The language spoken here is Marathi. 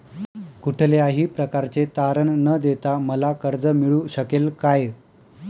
कुठल्याही प्रकारचे तारण न देता मला कर्ज मिळू शकेल काय?